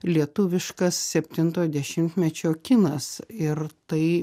lietuviškas septintojo dešimtmečio kinas ir tai